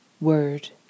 word